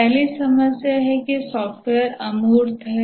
पहली समस्या यह है कि सॉफ्टवेयर अमूर्त है